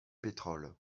pétrole